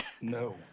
no